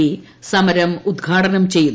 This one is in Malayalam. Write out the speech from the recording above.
പി സമരം ഉദ്ഘാടനം ചെയ്തു